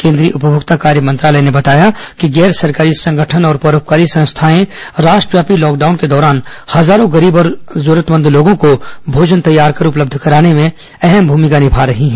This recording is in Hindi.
केंद्रीय उपमोक्ता कार्य मंत्रालय ने बताया कि गैर सरकारी संगठन और परोपकारी संस्थाएँ राष्ट्रव्यापी लॉकडाउन के दौरान हजारों गरीब और जरूरतमंद लोगों को भोजन तैयार कर उपलब्य कराने भें महत्वपूर्ण भूमिका निभा रहे हैं